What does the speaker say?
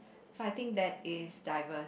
so I think that is diverse